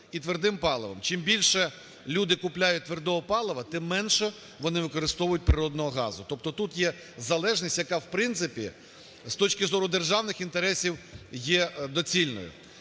і твердим паливом. Чим більше люди купляють твердого палива, тим менше вони використовують природного газу, тобто тут є залежність, яка в принципі з точки зору державних інтересів є доцільною.